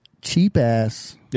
cheap-ass